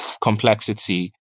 complexity